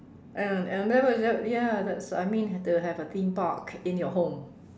and and then there was that ya that's I mean they will have a theme park in your home